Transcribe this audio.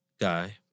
guy